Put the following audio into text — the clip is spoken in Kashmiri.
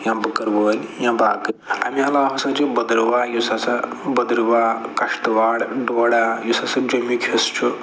یا بٔکٕر وٲلۍ یا باقٕے اَمہِ عَلاوٕ ہَسا چھِ بدٕرواہ یُس ہَسا بدٕرواہ کَشتواڑ ڈوڈا یُس ہَسا جیٚمیُک حِصہِ چھُ